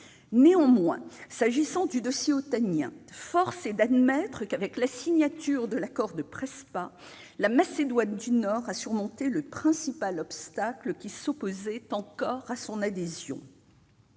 Néanmoins, s'agissant du dossier otanien, force est d'admettre que, avec la signature de l'accord de Prespa, la Macédoine du Nord a surmonté le principal obstacle qui s'opposait encore à son adhésion.